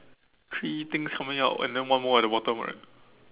three things coming out and then one more at the bottom right